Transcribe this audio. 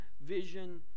vision